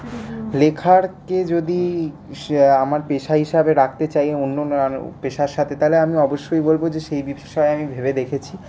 লেখাকে যদি আমার পেশা হিসাবে রাখতে চাই অন্য পেশার সাথে তাহলে আমি অবশ্যই বলবো যে সেই বিষয়ে আমি ভেবে দেখেছি